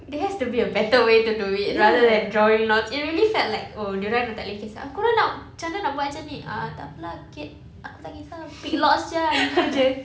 there has to be a better way to do it rather than drawing lots it really felt like oh dia orang dah tak boleh kesah korang nak macam mana nak buat macam ini ah tak [pe] lah ki~ aku tak kesah ah pick lots jer lah gitu jer